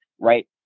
right